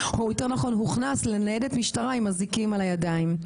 הוכנס לניידת משטרה עם אזיקים על הידיים.